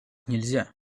нельзя